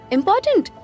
Important